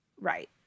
Right